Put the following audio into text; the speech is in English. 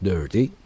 Dirty